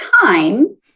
time